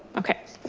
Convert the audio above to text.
okay.